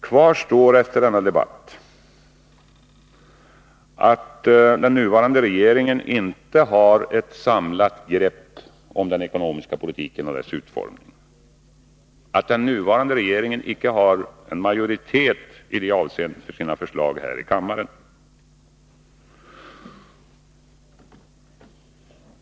Kvar står efter denna debatt, att den nuvarande regeringen inte har ett samlat grepp om den ekonomiska politiken och dess utformning, att den nuvarande regeringen icke har en majoritet i det avseendet för sina förslag här i kammaren.